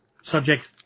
subject